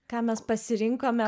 ką mes pasirinkome